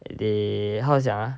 they how 讲 ah